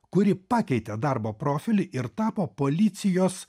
kuri pakeitė darbo profilį ir tapo policijos